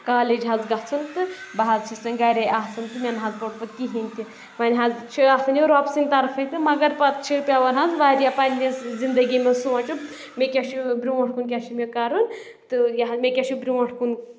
college حظ گژھُن تہٕ بہٕ حظ چھس وۄنۍ گَرے آسان تہٕ مےٚ نہٕ حظ پوٚر پتہٕ کِہیٖنۍ تہِ وۄنۍ حظ چھِ آسان یہِ رۄبہٕ سٕندۍ طرفہٕ تہٕ مگر پَتہٕ چھِ پیٚوان حظ واریاہ پَنٕنِس زِندگی منٛز سونٛچُن مےٚ کیاہ چھُ برونٛٹھ کُن کیاہ چھُ مےٚ کَرُن تہٕ یہِ مےٚ کیاہ چھُ برونٛٹھ کُن